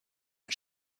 and